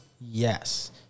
Yes